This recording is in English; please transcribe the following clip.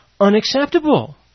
unacceptable